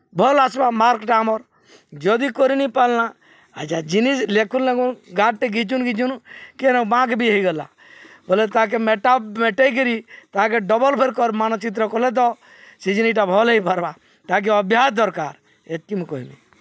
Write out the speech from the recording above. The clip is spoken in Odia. ଭଲ୍ ଆସ୍ବା ମାର୍କ୍ଟା ଆମର୍ ଯଦି କରିନି ପାର୍ଲାନା ଆଚ୍ଛା ଜିନିଷ୍ ଲେଖୁନ୍ ଲେଖୁନ୍ ଗାର୍ଟେ ଘିଚୁନ୍ ଘିଚୁନ୍ କେନ ବାଁକ୍ ବି ହେଇଗଲା ବଏଲେ ତାକେ ମେଟେଇ ମେଟେଇ କିରି ତାହାକେ ଡବଲ୍ ଫେର୍ କର୍ ମାନଚିତ୍ର କଲେ ତ ସେ ଜିନିଷ୍ଟା ଭଲ୍ ହେଇପାର୍ବା ତାକେ ଅଭ୍ୟାସ୍ ଦର୍କାର୍ ଏତ୍କି ମୁଇଁ କହେମି